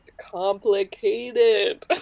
complicated